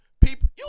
people